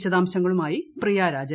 വിശദാംശങ്ങളുമായി പ്രിയ രാജൻ